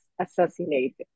assassinated